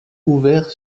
ouvert